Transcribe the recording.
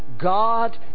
God